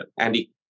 andy